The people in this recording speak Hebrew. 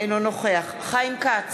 אינו נוכח חיים כץ,